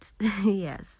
yes